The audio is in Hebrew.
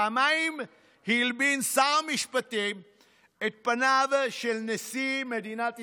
פעמיים הלבין שר המשפטים את פניו של נשיא מדינת ישראל.